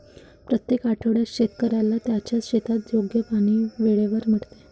प्रत्येक आठवड्यात शेतकऱ्याला त्याच्या शेतात योग्य पाणी वेळेवर मिळते